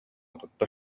тутта